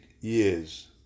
years